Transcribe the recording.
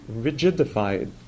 rigidified